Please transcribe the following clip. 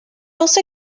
also